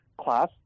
class